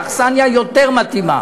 והאכסניה יותר מתאימה.